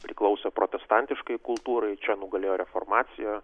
priklausė protestantiškai kultūrai čia nugalėjo reformacija